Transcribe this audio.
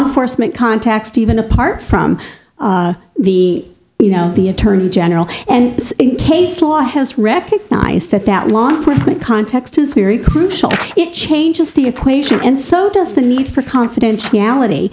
enforcement contacts to even apart from the you know the attorney general and case law has recognized that that want context is very crucial it changes the equation and so does the need for confidentiality